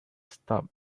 stopped